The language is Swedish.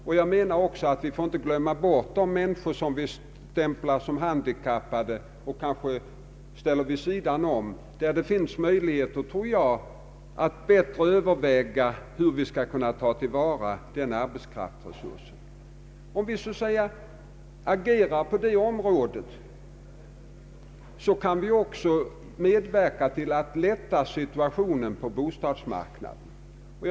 Vi får inte heller glömma bort de människor som vi stämplar som handikappade och ställer vid sidan om arbetsmarknaden. Det finns anledning att bättre än hittills överväga hur vi skall ta till vara denna arbetskraft. Om vi agerar på dessa områden kan vi också medverka till att lätta situationen på bostadsmarknaden.